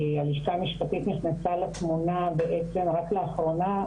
הלשכה המשפטית נכנסה לתמונה בעצם רק לאחרונה,